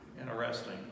interesting